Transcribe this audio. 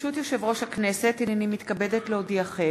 ברשות יושב-ראש הכנסת, הנני מתכבדת להודיעכם,